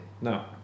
No